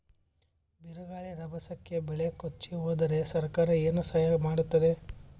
ಬಿರುಗಾಳಿ ರಭಸಕ್ಕೆ ಬೆಳೆ ಕೊಚ್ಚಿಹೋದರ ಸರಕಾರ ಏನು ಸಹಾಯ ಮಾಡತ್ತದ?